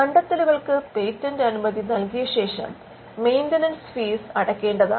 കണ്ടത്തെലുകൾക്ക് patent അനുമതി നൽകിയ ശേഷം മെയിന്റനൻസ് ഫീസ് അടയ്ക്കേണ്ടതാണ്